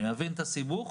אני מבין את הסיבוך